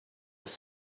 this